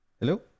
Hello